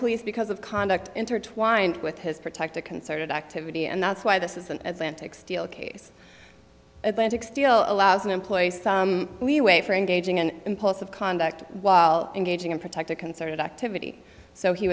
police because of conduct intertwined with his protected concerted activity and that's why this isn't as antics steelcase atlantic still allows an employee some leeway for engaging in impulsive conduct while engaging in protected concerted activity so he